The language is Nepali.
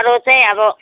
अरू चाहिँ अब